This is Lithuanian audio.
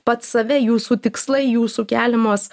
pats save jūsų tikslai jūsų keliamos